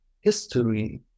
history